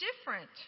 different